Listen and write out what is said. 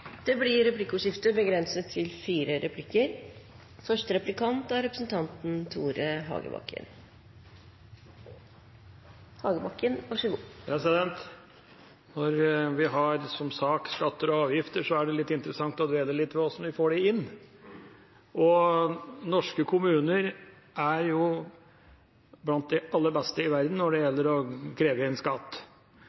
Det blir replikkordskifte. Når vi har en sak om skatter og avgifter, er det litt interessant å dvele litt ved hvordan vi får dem inn. Norske kommuner er blant de aller beste i verden når det